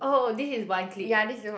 oh this is one clique